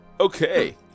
okay